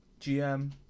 GM